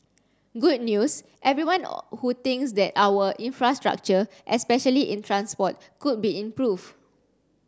good news everyone who thinks that our infrastructure especially in transport could be improveed